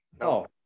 no